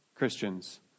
Christians